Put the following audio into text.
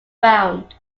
around